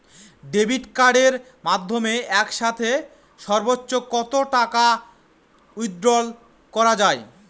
Debit কার্ডের মাধ্যমে একসাথে সর্ব্বোচ্চ কত টাকা উইথড্র করা য়ায়?